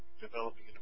developing